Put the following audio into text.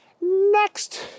Next